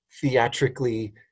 theatrically